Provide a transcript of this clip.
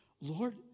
Lord